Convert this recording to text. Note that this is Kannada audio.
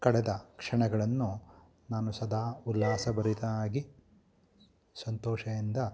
ಕಳೆದ ಕ್ಷಣಗಳನ್ನು ನಾನು ಸದಾ ಉಲ್ಲಾಸ ಭರಿತನಾಗಿ ಸಂತೋಷದಿಂದ